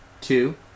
Two